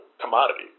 commodity